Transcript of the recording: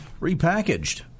repackaged